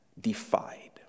defied